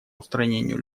устранению